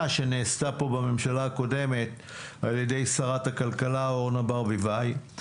שנעשתה פה בממשלה הקודמת על ידי שרת הכלכלה אורנה ברביבאי.